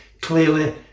clearly